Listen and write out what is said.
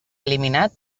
eliminat